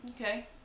Okay